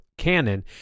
canon